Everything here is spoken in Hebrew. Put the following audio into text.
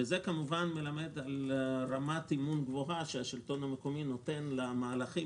זה כמובן מלמד על רמת אמון גבוהה שהשלטון המקומי נותן למהלכים